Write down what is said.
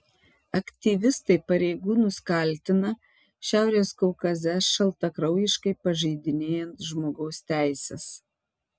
aktyvistai pareigūnus kaltina šiaurės kaukaze šaltakraujiškai pažeidinėjant žmogaus teises